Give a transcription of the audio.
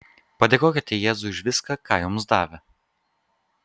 padėkokite jėzui už viską ką jums davė